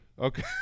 Okay